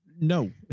no